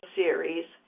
series